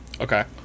Okay